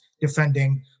defending